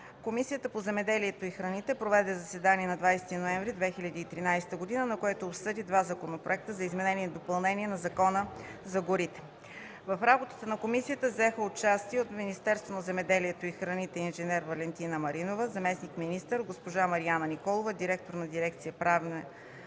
Комисията по земеделието и храните проведе заседание на 20 ноември 2013 г., на което обсъди два законопроекта за изменение и допълнение на Закона за горите. В работата на комисията взеха участие от Министерството на земеделието и храните: инж. Валентина Маринова – заместник-министър, госпожа Марияна Николова – директор на дирекция „Правнонормативни